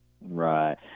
Right